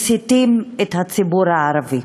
מסיתים את הציבור הערבי,